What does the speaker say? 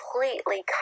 completely